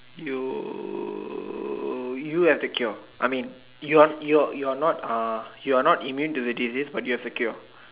you you have the cure I mean you're you're you're not uh you're not immune to the disease but you have the cure